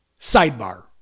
Sidebar